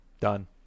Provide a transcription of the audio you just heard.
Done